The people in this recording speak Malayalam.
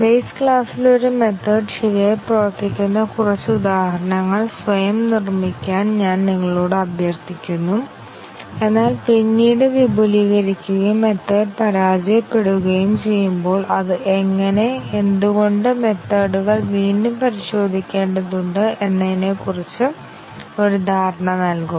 ബേസ് ക്ലാസ്സിൽ ഒരു മെത്തേഡ് ശരിയായി പ്രവർത്തിക്കുന്ന കുറച്ച് ഉദാഹരണങ്ങൾ സ്വയം നിർമ്മിക്കാൻ ഞാൻ നിങ്ങളോട് അഭ്യർത്ഥിക്കുന്നു എന്നാൽ പിന്നീട് വിപുലീകരിക്കുകയും മെത്തേഡ് പരാജയപ്പെടുകയും ചെയ്യുമ്പോൾ അത് എങ്ങനെ എന്തുകൊണ്ട് മെത്തേഡ്കൾ വീണ്ടും പരിശോധിക്കേണ്ടതുണ്ട് എന്നതിനെക്കുറിച്ച് ഒരു ധാരണ നൽകും